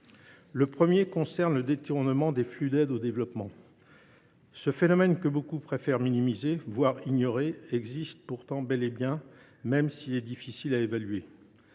Le premier point concerne le détournement des flux d’aide au développement. Ce phénomène, que beaucoup préfèrent minimiser, voire ignorer, existe bel et bien, même s’il est difficile à évaluer.